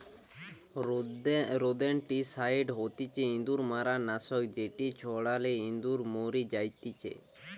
rodenticide হতিছে ইঁদুর মারার নাশক যেটি ছড়ালে ইঁদুর মরি জাতিচে